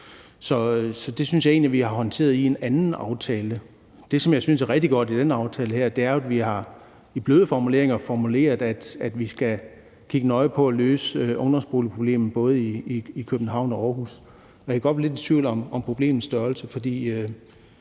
Så det synes jeg egentlig vi har håndteret i en anden aftale. Det, som jeg synes er rigtig godt i den her aftale, er, at vi i bløde vendinger har formuleret, at vi skal kigge nøje på at løse ungdomsboligproblemet både i København og Aarhus. Jeg kan godt blive lidt i tvivl om problemets størrelse, for